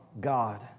God